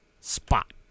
spot